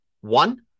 One